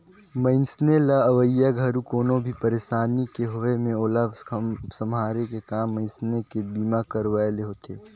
मइनसे ल अवइया घरी कोनो भी परसानी के होये मे ओला सम्हारे के काम मइनसे के बीमा करवाये ले होथे